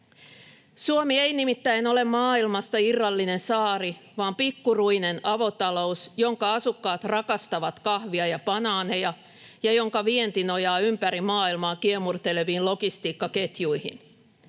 Suomi ei nimittäin ole maailmasta irrallinen saari, vaan pikkuruinen avotalous, jonka asukkaat rakastavat kahvia ja banaaneja ja jonka vienti nojaa ympäri maailmaa kiemurteleviin logistiikkaketjuihin.